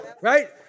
right